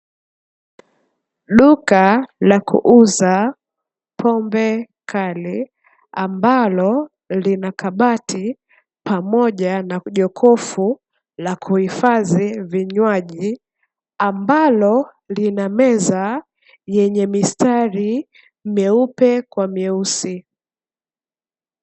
Duka la kuuza pombe kali, ambalo lina kabati pamoja na jokofu la kuhifadhi vinywaji, ambalo lina meza yenye mistari meupe kwa meusi.